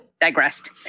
Digressed